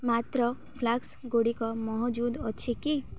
ପାତ୍ର flask ଗୁଡ଼ିକ ମହଜୁଦ ଅଛି କି